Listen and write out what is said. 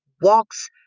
walks